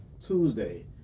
Tuesday